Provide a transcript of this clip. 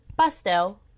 Pastel